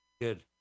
Good